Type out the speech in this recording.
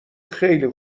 خیلی